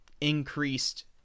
increased